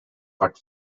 but